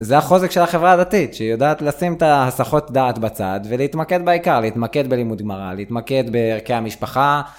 זה החוזק של החברה הדתית, שהיא יודעת לשים את הסכות דעת בצד ולהתמקד בעיקר, להתמקד בלימוד גמרא, להתמקד בערכי המשפחה.